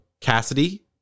Cassidy